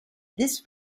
this